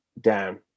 down